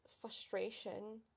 frustration